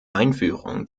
einführung